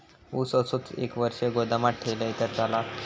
ऊस असोच एक वर्ष गोदामात ठेवलंय तर चालात?